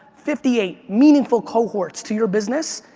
fifty eight meaningful cohorts to your business.